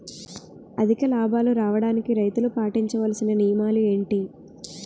అధిక లాభాలు రావడానికి రైతులు పాటించవలిసిన నియమాలు ఏంటి